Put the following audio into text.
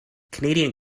canadian